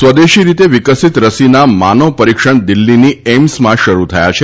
સ્વદેશી રીતે વિકસિત રસીના માનવ પરીક્ષણ દિલ્હીની એઈમ્સમાં શરૂ થથાં છે